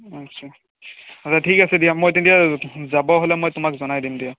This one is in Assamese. আচ্ছা আচ্ছা ঠিক আছে দিয়া মই তেতিয়া যাব হ'লে মই তোমাক জনাই দিম দিয়া